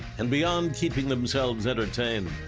and beyond keeping themselves entertained,